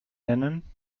nennen